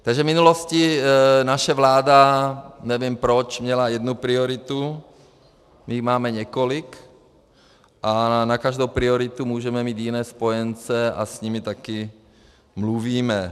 Takže v minulosti naše vláda, nevím proč, měla jednu prioritu, my jich máme několik a na každou prioritu můžeme mít jiné spojence a s nimi také mluvíme.